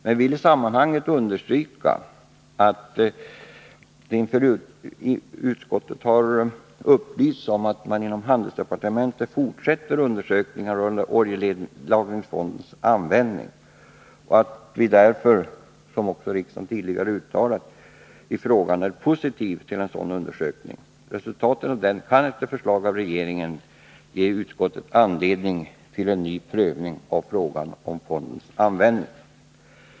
Men vi vill i sammanhanget understryka att utskottet har upplysts om att man inom handelsdepartementet fortsätter undersökningarna rörande oljelagringsfondens användning och att vi — i likhet med riksdagens tidigare uttalande — är positiva till en sådan undersökning. Resultatet av den kan efter förslag av regeringen ge utskottet anledning till en ny prövning av frågan om fondens användning.